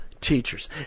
teachers